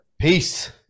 Peace